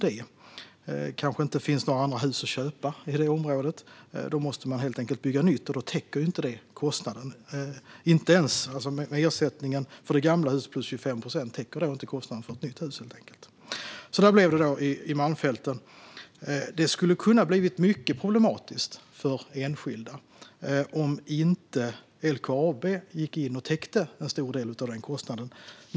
Det kanske inte finns några andra hus att köpa i det området. Då måste man helt enkelt bygga nytt, och då täcker inte ens ersättningen för det gamla huset plus 25 procent kostnaden för ett nytt hus. Så blev det i Malmfälten. Det skulle ha kunnat bli mycket problematiskt för enskilda om inte LKAB hade gått in och täckt en stor del av kostnaden.